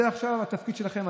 זה עכשיו התפקיד שלכם,